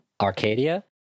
Arcadia